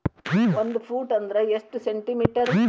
ಒಂದು ಫೂಟ್ ಅಂದ್ರ ಎಷ್ಟು ಸೆಂಟಿ ಮೇಟರ್?